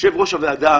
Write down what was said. יושב-ראש הוועדה,